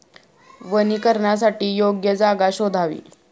वनीकरणासाठी योग्य जागा शोधावी